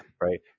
Right